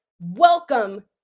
Welcome